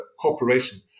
corporation